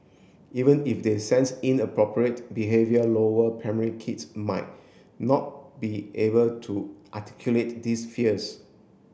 even if they sense inappropriate behaviour lower primary kids might not be able to articulate these fears